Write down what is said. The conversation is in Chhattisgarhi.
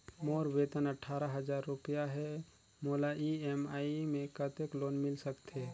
मोर वेतन अट्ठारह हजार रुपिया हे मोला ई.एम.आई मे कतेक लोन मिल सकथे?